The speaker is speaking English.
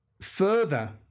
further